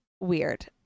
weird